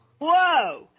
Whoa